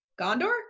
Gondor